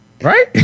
Right